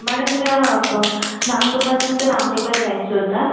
madam मला नागपूरपासनं ते रामटेकला जायचं होता